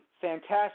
fantastic